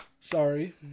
Sorry